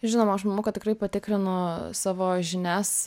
žinoma aš manau kad tikrai patikrinu savo žinias